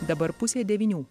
dabar pusė devynių